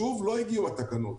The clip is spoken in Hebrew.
שוב, לא הגיעו התקנות.